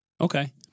Okay